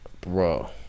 Bro